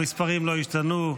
המספרים לא ישתנו.